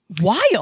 wild